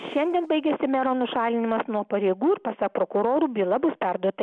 šiandien baigiasi mero nušalinimas nuo pareigų ir pasak prokurorų byla bus perduota